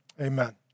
amen